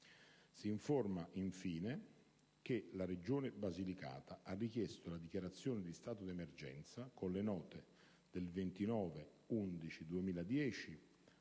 Si informa, infine, che la Regione Basilicata ha richiesto la dichiarazione di stato di emergenza con le note del 29